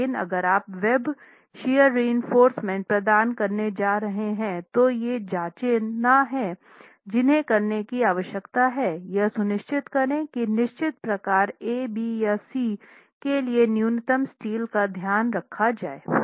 लेकिन अगर आप वेब शियर रीइनफोर्रसमेंट प्रदान करने जा रहे हैं तो ये जाँचें हैं जिन्हें करने की आवश्यकता है यह सुनिश्चित करें कि निश्चित प्रकार A B या C के लिए न्यूनतम स्टील का ध्यान रखा जाए